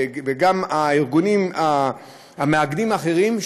וגם הארגונים המאגדים האחרים,